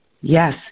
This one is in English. Yes